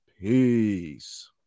peace